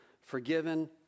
forgiven